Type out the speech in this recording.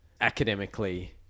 academically